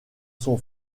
son